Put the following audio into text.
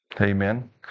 Amen